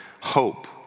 hope